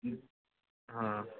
हाँ